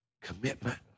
Commitment